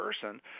person